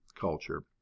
culture